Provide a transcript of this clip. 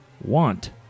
want